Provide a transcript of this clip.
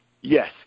Yes